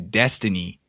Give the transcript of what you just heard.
destiny